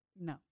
No